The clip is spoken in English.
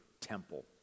temple